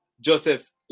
Joseph's